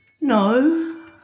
No